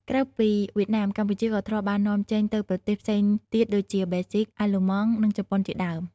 ក្រៅពីវៀតណាម កម្ពុជាក៏ធ្លាប់បាននាំចេញទៅប្រទេសផ្សេងទៀតដូចជា ប៊ែលហ្ស៊ិក អាល្លឺម៉ង់ និងជប៉ុនជាដើម។